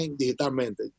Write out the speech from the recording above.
digitalmente